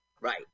Right